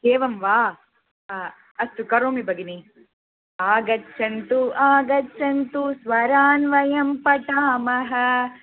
एवं वा अस्तु करोमि भगिनी आगच्छन्तु आगच्छन्तु स्वरान् वयं पठामः